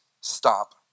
stop